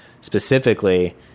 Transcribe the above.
specifically